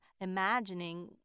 imagining